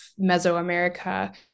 Mesoamerica